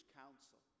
council